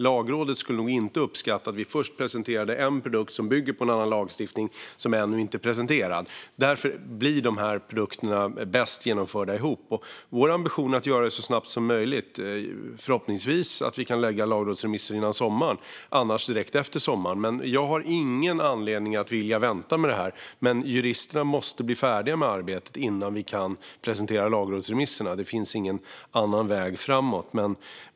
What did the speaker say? Lagrådet skulle nog inte uppskatta att vi presenterade en produkt som bygger på en annan lagstiftning som ännu inte är presenterad. Därför blir dessa produkter bäst genomförda ihop. Vår ambition är att göra det så snabbt som möjligt. Förhoppningsvis kan vi lägga fram lagrådsremissen innan sommaren, annars direkt efter sommaren. Jag har ingen anledning att vilja vänta med detta, men juristerna måste bli färdiga med arbetet innan vi kan presentera lagrådsremisserna. Det finns ingen annan väg framåt.